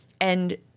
And-